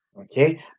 Okay